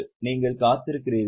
நீங்கள் காத்திருக்கிறீர்களா